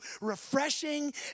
refreshing